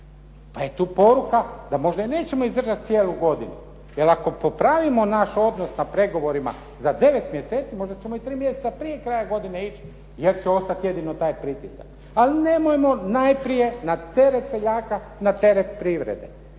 Pa je tu poruka da možda i nećemo izdržati cijelu godinu jer ako popravimo naš odnos na pregovorima za 9 mjeseci, možda ćemo i 3 mjeseca prije kraja godine ići jer će ostati jedino taj pritisak. Ali nemojmo najprije na teret seljaka, na teret privrede